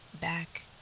back